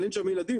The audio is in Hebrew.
אבל אין שם ילדים.